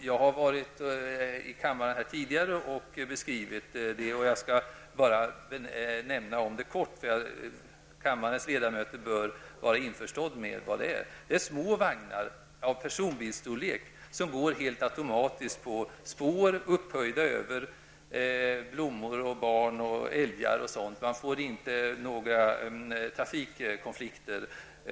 Jag har beskrivit detta tidigare här i kammaren, och jag skall därför bara litet kort nämna något om det, eftersom kammarens ledamöter bör vara införstådda med vad det är fråga om. Det rör sig om små vagnar av personbilsstorlek, som går helt automatiskt på spår, upphöjda över blommor, barn och älgar. Det blir alltså över huvud taget inte några trafikkonflikter.